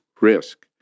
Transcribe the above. risk